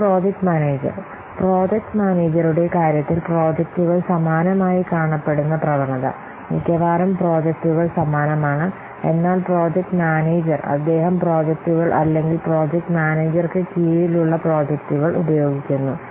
പിന്നെ project manager project മാനേജരുടെ കാര്യത്തിൽ പ്രോജക്റ്റുകൾ സമാനമായി കാണപ്പെടുന്ന പ്രവണത മിക്കവാറും പ്രോജക്റ്റുകൾ സമാനമാണ് എന്നാൽ പ്രോജക്ട് മാനേജർ അദ്ദേഹം പ്രോജക്റ്റുകൾ അല്ലെങ്കിൽ പ്രോജക്റ്റ് മാനേജർക്ക് കീഴിലുള്ള പ്രോജക്ടുകൾ ഉപയോഗിക്കുന്നു